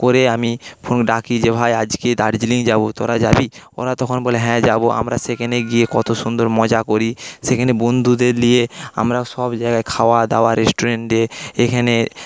করে আমি ডাকি যে ভাই আজকে দার্জিলিং যাবো তোরা যাবি ওরা তখন বলে হ্যাঁ যাব আমরা সেখানে গিয়ে কত সুন্দর মজা করি সেখানে বন্ধুদের নিয়ে আমরা সব জায়গায় খাওয়া দাওয়া রেস্টুরেন্টে এখানে তারপর